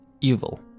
evil